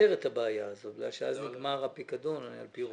פותרת את הבעיה הזאת בגלל שאז נגמר הפיקדון על פי רוב.